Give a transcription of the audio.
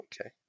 Okay